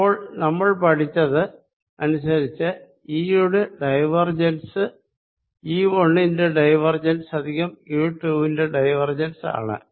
അപ്പോൾ നമ്മൾ പഠിച്ചത് അനുസരിച്ച് E യുടെ ഡൈവേർജെൻസ് E1 ന്റെ ഡൈവേർജെൻസ് പ്ലസ് E2 വിന്റെ ഡൈവേർജെൻസ് ആണ്